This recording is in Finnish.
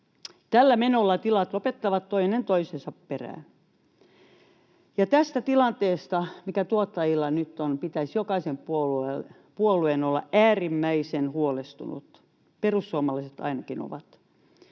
Tällä menolla tilat lopettavat toinen toisensa perään. Tästä tilanteesta, mikä tuottajilla nyt on, pitäisi jokaisen puolueen olla äärimmäisen huolestunut. Perussuomalaiset ainakin ovat.